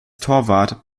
torwart